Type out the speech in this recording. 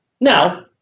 Now